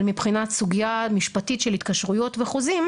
אבל מבחינת סוגייה משפטית של התקשרויות וחוזים,